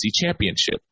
championship